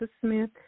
Smith